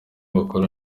bakora